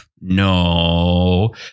no